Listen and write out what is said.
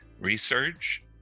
research